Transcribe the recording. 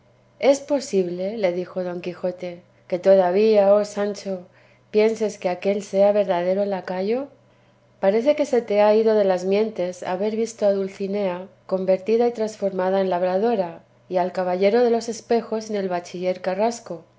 es posible le dijo don quijote que todavía oh sancho pienses que aquél sea verdadero lacayo parece que se te ha ido de las mientes haber visto a dulcinea convertida y transformada en labradora y al caballero de los espejos en el bachiller carrasco